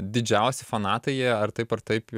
didžiausi fanatai jie ar taip ar taip